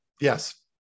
Yes